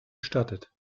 gestattet